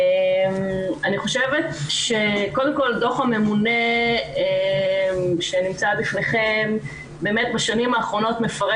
אני חושבת שקודם כל דו"ח הממונה שנמצא בפניכם באמת בשנים האחרונות מפרט